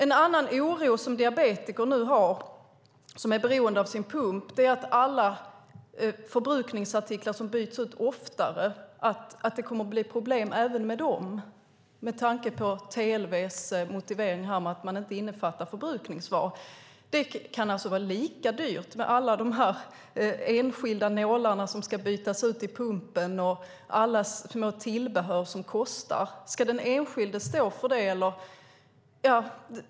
En annan oro som diabetiker som är beroende av sin pump känner är att det kommer att bli problem även med alla förbrukningsartiklar som byts ut oftare, med tanke på TLV:s motivering att man inte innefattar förbrukningsvaror. Det kan vara lika dyrt med alla dessa enskilda nålar som ska bytas ut i pumpen och alla små tillbehör som kostar. Ska den enskilde stå för det?